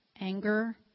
anger